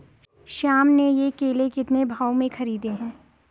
श्याम ने ये केले कितने भाव में खरीदे हैं?